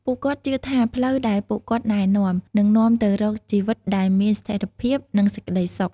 ពួកគាត់ជឿថាផ្លូវដែលពួកគាត់ណែនាំ នឹងនាំទៅរកជីវិតដែលមានស្ថិរភាព និងសេចក្តីសុខ។